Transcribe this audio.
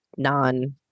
non